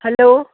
hello